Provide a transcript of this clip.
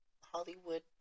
Hollywood